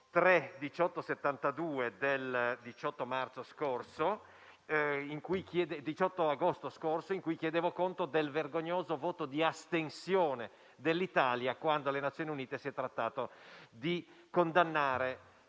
del 18 agosto 2020, in cui chiedevo conto del vergognoso voto di astensione dell'Italia quando alle Nazioni Unite si è trattato di condannare